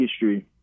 history